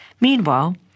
Meanwhile